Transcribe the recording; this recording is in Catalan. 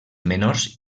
menors